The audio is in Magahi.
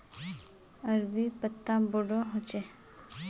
अरबी पत्ता बोडो होचे